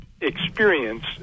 experience